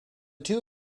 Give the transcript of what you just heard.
two